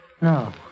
No